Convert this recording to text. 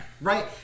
Right